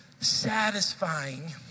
satisfying